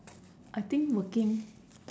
I think working